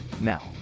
now